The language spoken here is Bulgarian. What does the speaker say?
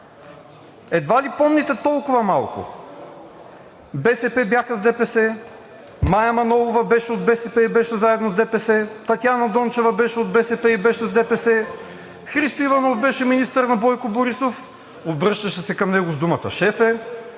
Едва ли помните толкова малко – БСП бяха с ДПС, Мая Манолова беше от БСП и беше заедно с ДПС, Татяна Дончева беше от БСП и беше с ДПС, Христо Иванов беше министър на Бойко Борисов – обръщаше се към него с думата „Шефе“,